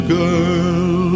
girl